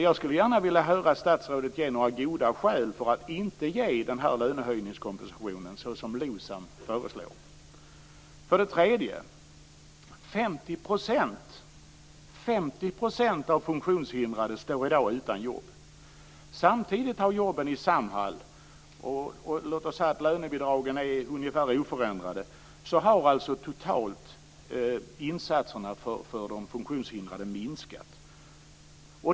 Jag skulle vilja höra statsrådet ge några goda skäl för att inte ge lönehöjningskompensation så som LOSAM För det tredje: 50 % av de funktionshindrade står i dag utan jobb. Samtidigt har jobben i Samhall - låt säga att lönebidragen är ungefärligen oförändrade - dvs. insatserna totalt för de funktionshindrade, minskat.